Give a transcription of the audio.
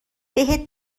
بهت